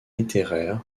littéraires